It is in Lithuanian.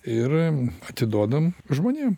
ir atiduodam žmonėm